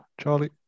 Charlie